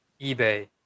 eBay